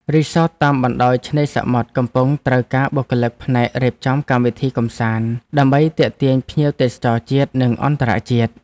រីសតតាមបណ្តោយឆ្នេរសមុទ្រកំពុងត្រូវការបុគ្គលិកផ្នែករៀបចំកម្មវិធីកម្សាន្ត ដើម្បីទាក់ទាញភ្ញៀវទេសចរជាតិ និងអន្តរជាតិ។